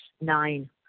Nine